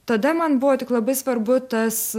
tada man buvo tik labai svarbu tas